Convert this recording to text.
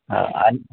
हां आणि